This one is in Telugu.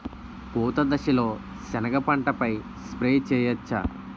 పూత దశలో సెనగ పంటపై స్ప్రే చేయచ్చా?